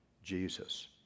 Jesus